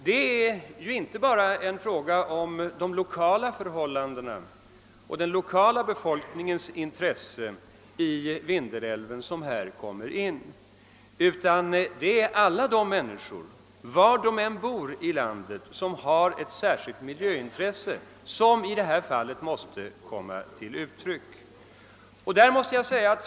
Det är ju inte bara fråga om de 1okala förhållandena och den lokala befolkningens intresse i Vindelälven, utan det gäller även alla människor, var de än bor i landet, vilka har ett särskilt miljöintresse som i detta fall måste komma till uttryck.